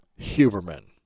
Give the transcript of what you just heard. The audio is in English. Huberman